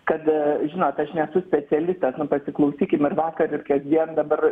kad žinot aš nesu specialistas pasiklausykim ir vakar ir kasdien dabar